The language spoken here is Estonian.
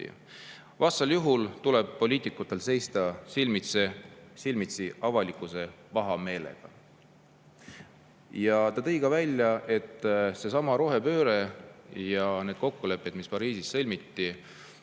Vastasel juhul tuleb poliitikutel seista silmitsi avalikkuse pahameelega." Ta tõi välja ka selle, et seesama rohepööre ja need kokkulepped, mis Pariisis sõlmiti,